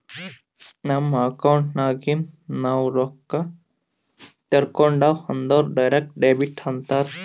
ನಮ್ ಅಕೌಂಟ್ ನಾಗಿಂದ್ ನಾವು ರೊಕ್ಕಾ ತೇಕೊಂಡ್ಯಾವ್ ಅಂದುರ್ ಡೈರೆಕ್ಟ್ ಡೆಬಿಟ್ ಅಂತಾರ್